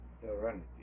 serenity